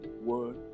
word